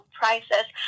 prices